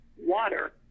water